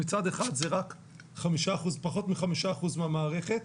מצד אחד זה פחות מחמישה אחוזים במערכת